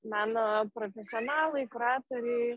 meno profesionalai kuratoriai